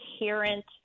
inherent